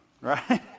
Right